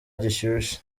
gishyushye